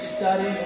study